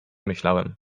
myślałem